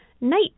Night